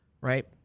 Right